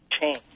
change